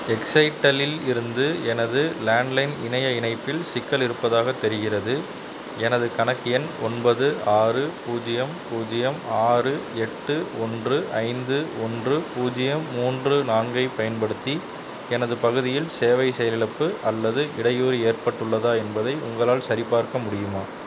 எக்ஸைட்டலில் இருந்து எனது லேண்ட்லைன் இணைய இணைப்பில் சிக்கல் இருப்பதாகத் தெரிகின்றது எனது கணக்கு எண் ஒன்பது ஆறு பூஜ்ஜியம் பூஜ்ஜியம் ஆறு எட்டு ஒன்று ஐந்து ஒன்று பூஜ்ஜியம் மூன்று நான்கைப் பயன்படுத்தி எனது பகுதியில் சேவை செயலிழப்பு அல்லது இடையூறு ஏற்பட்டுள்ளதா என்பதை உங்களால் சரிபார்க்க முடியுமா